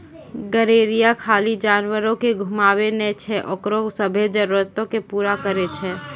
गरेरिया खाली जानवरो के घुमाबै नै छै ओकरो सभ्भे जरुरतो के पूरा करै छै